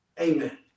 Amen